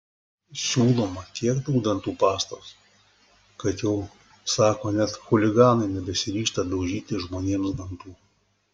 siūloma tiek daug dantų pastos kad jau sako net chuliganai nebesiryžta daužyti žmonėms dantų